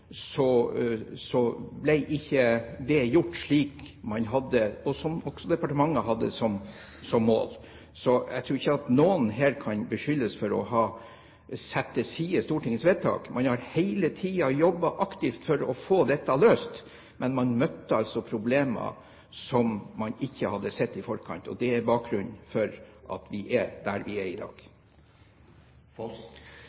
departementet hadde som mål. Jeg tror ikke noen her kan beskyldes for å ha satt til side Stortingets vedtak. Man har hele tiden jobbet aktivt for å få dette løst, men man møtte altså problemer som man ikke hadde sett i forkant. Det er bakgrunnen for at vi er der vi er i